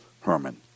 Herman